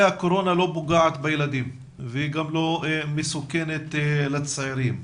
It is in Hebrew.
הקורונה לא פוגעת בילדים והיא גם לא מסוכנת לצעירים,